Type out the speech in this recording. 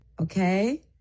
Okay